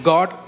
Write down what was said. God